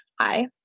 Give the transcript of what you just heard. Hi